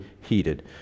heated